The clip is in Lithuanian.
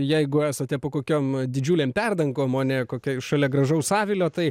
jeigu esate po kokiom didžiulėm perdangom o ne kokioj šalia gražaus avilio tai